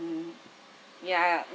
mm ya ah